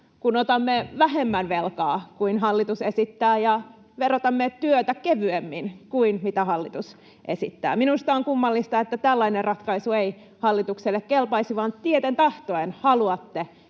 kun otamme vähemmän velkaa kuin hallitus esittää ja verotamme työtä kevyemmin kuin hallitus esittää. Minusta on kummallista, että tällainen ratkaisu ei hallitukselle kelpaisi, vaan tieten tahtoen haluatte